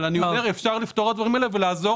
אפשר לפתור את הדברים האלה ולעזור